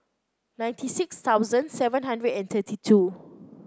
ninety six thousand seven hundred and thirty two